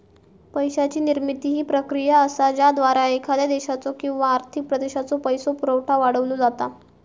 पैशाची निर्मिती ही प्रक्रिया असा ज्याद्वारा एखाद्या देशाचो किंवा आर्थिक प्रदेशाचो पैसो पुरवठा वाढवलो जाता